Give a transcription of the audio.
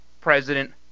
President